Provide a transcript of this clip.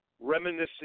Reminiscing